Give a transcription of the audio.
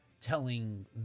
telling